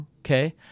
okay